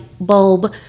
bulb